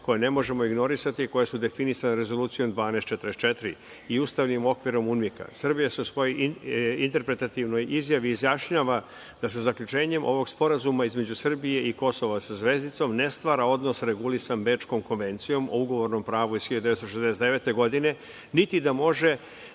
koje ne možemo ignorisati, koji su definisani Rezolucijom 1244 i ustavnim okvirom UNMIK-a. Srbija se u svojoj interpretativnoj izjavi izjašnjava da se zaključenjem ovog sporazuma između Srbije i Kosova sa zvezdicom, ne stvara odnos regulisan Bečkom konvencijom o ugovornom pravu iz 1969. godine, niti da ona